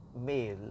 male